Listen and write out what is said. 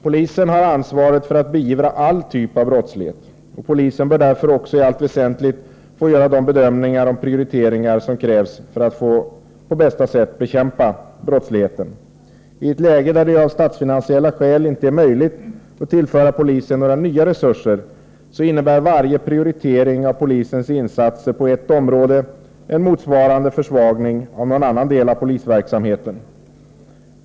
Polisen har ansvar för att beivra all brottslighet. Polisen bör därför också i allt väsentligt få göra de bedömningar av prioriteringar som krävs för att på bästa sätt bekämpa brottsligheten. I ett läge där det av statsfinansiella skäl inte är möjligt att tillföra polisen några nya resurser, innebär varje prioritering av polisens insatser på ett område en motsvarande försvagning av någon annan del av polisverksamheten.